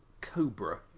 cobra